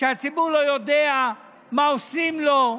שהציבור לא יודע מה עושים לו,